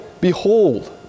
behold